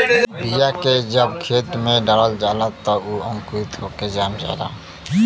बीया के जब खेत में डालल जाला त उ अंकुरित होके जाम जाला